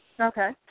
Okay